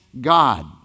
God